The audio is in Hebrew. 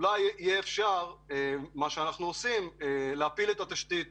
אולי אפשר יהיה להפיל את התשתית